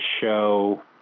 show